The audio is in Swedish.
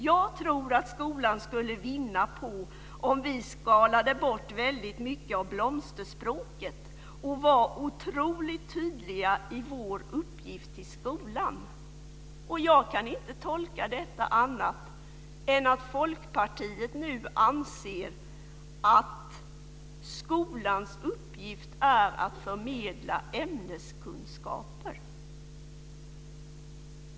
Jag tror att skolan skulle vinna på om vi skalade bort väldigt mycket av blomsterspråket och var otroligt tydliga i vår uppgift till skolan." Jag kan inte tolka det på annat sätt än att Folkpartiet nu anser att skolans uppgift är att förmedla ämneskunskaper.